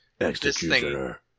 Executioner